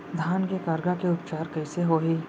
धान के करगा के उपचार कइसे होही?